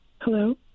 Hello